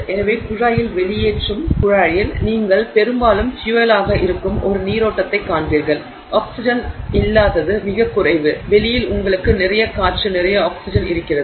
எனவே குழாயில் வெளியேற்றும் குழாயில் நீங்கள் பெரும்பாலும் பியூயலாக இருக்கும் ஒரு நீரோட்டத்தைக் காண்பீர்கள் ஆக்சிஜன் இல்லாதது மிகக் குறைவு வெளியில் உங்களுக்கு நிறைய காற்று நிறைய ஆக்ஸிஜன் இருக்கிறது